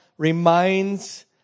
reminds